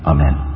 Amen